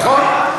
נכון?